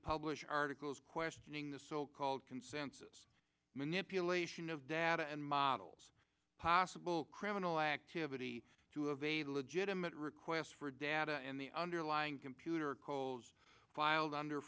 publish articles questioning the so called consensus manipulation of data and models possible criminal activity to of a legitimate request for data and the underlying computer kohls filed under